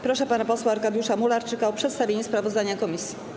Proszę pana posła Arkadiusza Mularczyka o przedstawienie sprawozdania komisji.